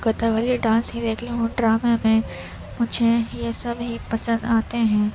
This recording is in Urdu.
کتھاکلی ڈانس ہی دیکھ لوں ان ڈرامے میں مجھے یہ سب ہی پسند آتے ہیں